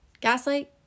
gaslight